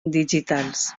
digitals